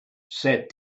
said